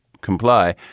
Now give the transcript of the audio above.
comply